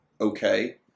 okay